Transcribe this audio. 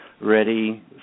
ready